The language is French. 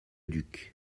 duc